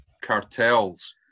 cartels